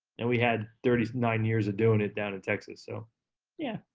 and we had thirty nine years of doing it down at texas, so yeah.